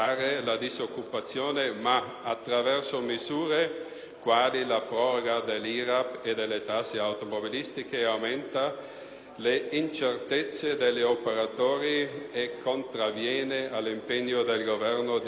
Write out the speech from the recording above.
attraverso misure quali la proroga dell'IRAP e delle tasse automobilistiche aumenta le incertezze degli operatori e contravviene all'impegno del Governo di ridurre la pressione fiscale.